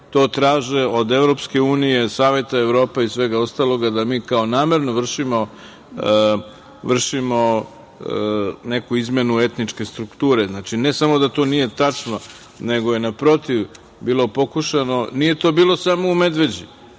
to traže od Evropske unije, Saveta Evrope i svega ostalog, da mi kao namerno vršimo neku izmenu etničke strukture. Znači, ne samo da to nije tačno, nego naprotiv, bilo je pokušaja, i nije to bilo samo u Medveđi,